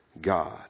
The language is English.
God